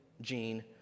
gene